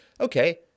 Okay